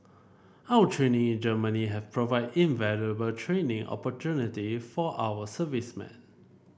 our training in Germany has provided invaluable training opportunity for our servicemen